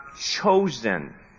chosen